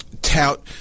Tout